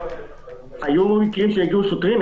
היו מקרים שהגיעו שוטרים.